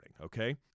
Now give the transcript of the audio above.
Okay